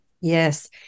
Yes